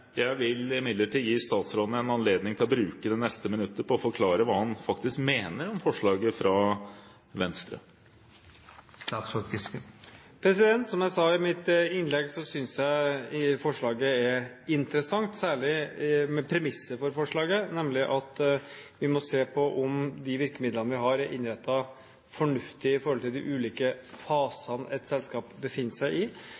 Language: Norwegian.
Jeg vil imidlertid gi statsråden en anledning til å bruke det neste minuttet på å forklare hva han faktisk mener om forslaget fra Venstre. Som jeg sa i mitt innlegg, så synes jeg forslaget er interessant, særlig premisset for forslaget, nemlig at vi må se på om de virkemidlene vi har, er innrettet fornuftig i forhold til de ulike fasene et selskap befinner seg i.